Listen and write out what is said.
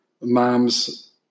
mom's